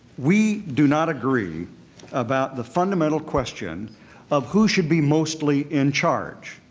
we do not agree about the fundamental question of who should be mostly in charge.